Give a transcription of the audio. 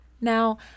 Now